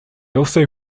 also